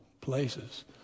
places